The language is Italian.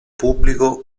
pubblico